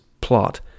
plot